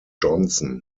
johnson